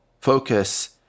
focus